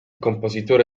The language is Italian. compositore